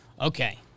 Okay